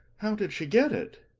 how did she get it?